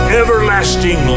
everlasting